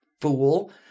fool